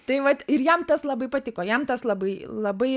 tai vat ir jam tas labai patiko jam tas labai labai